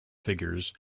figures